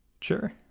Sure